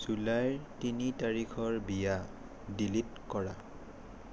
জুলাইৰ তিনি তাৰিখৰ বিয়া ডিলিট কৰা